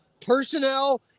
Personnel